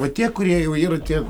va tie kurie jau yra tie